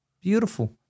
beautiful